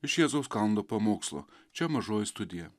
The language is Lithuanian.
iš jėzaus kando pamokslo čia mažoji studija